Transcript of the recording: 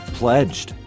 pledged